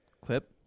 Clip